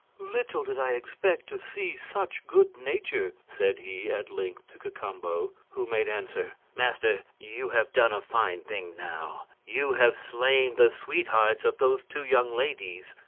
little did i expect to see such good-nature, said he at length to cacambo who made answer master, you have done a fine thing now you have slain the sweethearts of those two young ladies.